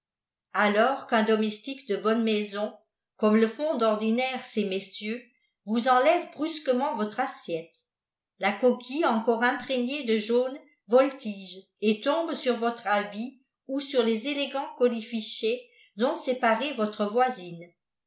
alors qu'un domestique de bonne maison comme le font d'ordinaire ces messieurs vous enlève brusquement votre assiette la coquille mcôre imprégnée de jaune voltige et tombe sur votre habit chj sur les élégants colifichets dont s'est parée votre voisine